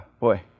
Boy